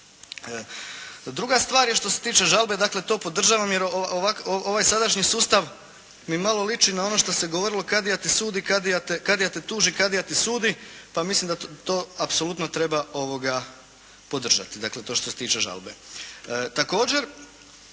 Druga stvar je što se tiče žalbe, dakle to podržavam jer ovaj sadašnji sustav mi malo liči na ono što se govorilo kadija te tuži, kadija te sudi, pa mislim da to apsolutno treba podržati, dakle to što se tiče žalbe.